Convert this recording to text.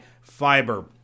fiber